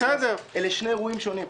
אלה שני אירועים שונים.